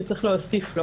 שיש להוסיף לו